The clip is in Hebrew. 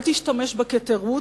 אל תשתמש בה כתירוץ.